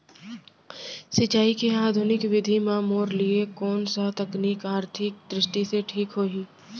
सिंचाई के आधुनिक विधि म मोर लिए कोन स तकनीक आर्थिक दृष्टि से ठीक होही?